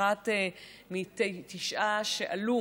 היא אחת מתשעה שעלו